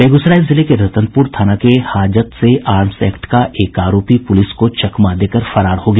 बेगूसराय जिले के रतनपुर थाना के हाजत से आर्म्स एक्ट का एक आरोपी पुलिस को चकमा देकर फरार हो गया